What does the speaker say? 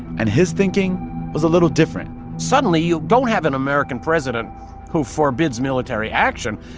and his thinking was a little different suddenly, you don't have an american president who forbids military action.